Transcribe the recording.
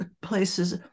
places